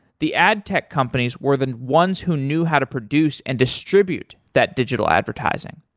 the ad tech companies were the ones who knew how to produce and distribute that digital advertising.